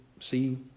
see